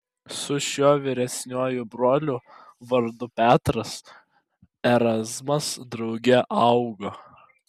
su šiuo vyresniuoju broliu vardu petras erazmas drauge augo